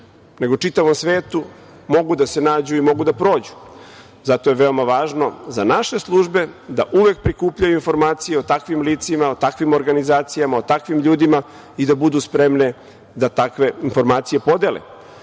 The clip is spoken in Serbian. nego čitavom svetu, mogu da se nađu i mogu da prođu. Zato je veoma važno za naše službe da uvek prikupljaju informacije o takvim licima, o takvim organizacijama, o takvim ljudima i da budu spremne da takve informacije podele.